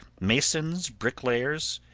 masons, bricklayers,